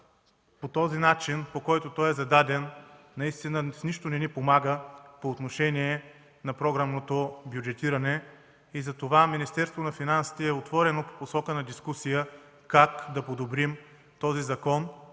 това начинът, по който той е зададен, наистина с нищо не ни помага по отношение на програмното бюджетиране. Затова Министерството на финансите е отворено по посока на дискусия как да подобрим този закон.